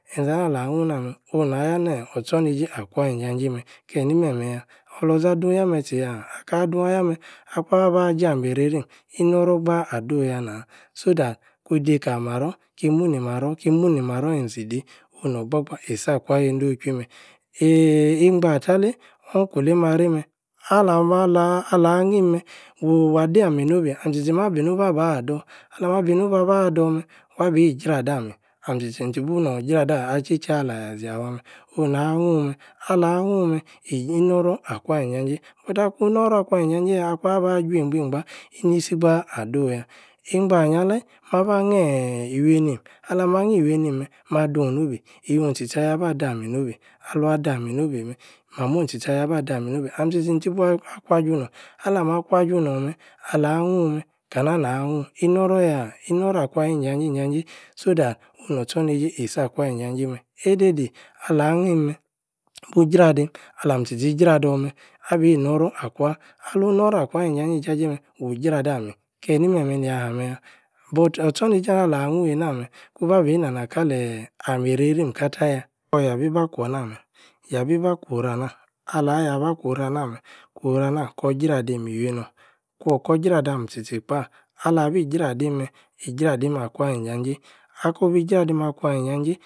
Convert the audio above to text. ih-ala-hnun-na meh. oh na-yah-neeh or-tc-je akwua-yi-nja-j̄ei meh. keh ni-meh-meh oloȝah-dun-yah-meh tchī-yah! aka-dun-neh. akwuan-abaja meī-reīrim. inor-ror gba-ah-nah. so-that kiyi-deī. onu-nor gbogba-endochwui-meh. eeyi-egbah-talie; uncle-meh. alam-malanhím-meh wuu-waah dah mî ii-tchi-tchi. ma-bi-nobei aba-dor alamia-abah dor-meh. wabi-jradami. ami-tchi-bunor-ijradah-alī tchei-tchor ali-yah-ȝíah. onah-hun-meh. ala-hun-meh. eeii-inoror injajeí. beti akun-noror-akwua-nj́ajeí-yah. ba chwueí-gbeī-gba. inisi-gbaah ado yah. yīaleí. ma-ba-nheeeh iwieínim. ala-ma-hnii-iwi-b. ma-dun-nobeī. iwuin tchi-tchi a yaba beī. alvan-dami-nobeī-meh. mamoh tchi-tchi lami-nobeī. ami-tchi-tchi inti-bua kwa-alama-kwajunor-meh. alah-hnun-meh,-hnun? inor-ror yah? inor-ror akwayī-ija-jeī. so-that onu-nor tchor-neījē isak-j̄eī meh. eidei-dei ala-hnim-jradim. alam-tchī-tchī i-jrador-meh abi-nor-ror akwa. alun-nor-ror akwayi-nj́a-je-nja-jei meh. wi-jrada-mi. keeh-ni-meh-meh nīa-hameyah but. otchor-neije-alah-hnun eina meh. kuba-bi na-nah kala eeh-ameī rei-rim katayah. kor-yabī ba kwor-nah-meh. yabī-ba-kwo-oranah. alayah-ba kwo-ranah meh. kwo-ranah meh. kwo-oranah kor jradi-miwieinor. kwor kor-jradam tchi-tchi kpaah. ala-bi jragím meh. i-jradim akwa-yi nj́a-j̄eī. akor-bí jradím akwa nj́a-jeí,